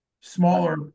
smaller